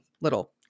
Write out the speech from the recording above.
little